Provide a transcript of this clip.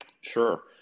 sure